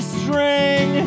string